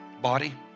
body